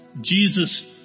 Jesus